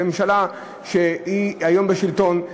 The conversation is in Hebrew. זאת ממשלה שהיום היא בשלטון,